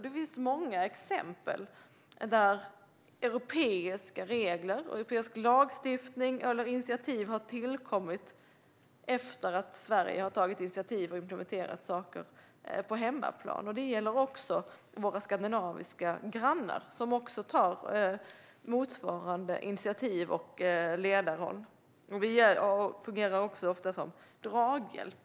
Det finns många exempel på att europeiska regler, europeisk lagstiftning eller europeiska initiativ har tillkommit efter att Sverige har tagit initiativ och implementerat saker på hemmaplan. Det gäller även våra skandinaviska grannar, som tar motsvarande initiativ och ledarroll. Vi fungerar ofta som draghjälp.